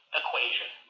equation